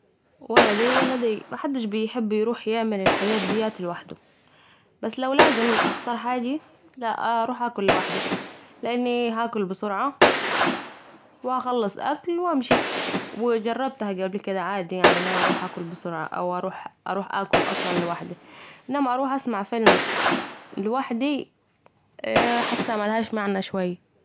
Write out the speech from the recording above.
ولا دي ولا دي محدش بيحب يروح يعمل الحجات دياتي لوحده، بس لو لازم اختار حاجه لأ اروح أكل لوحدي لأني هاكل بسرعه وهخلص اكل و امشي و جربتها قبل كده عادي أن أروح أكل بسرعه او اروح أصلا أكل لوحدي ، إنما أروح أسمع فيلم لوحدي اأااااا حاسه ملهاش معني شوية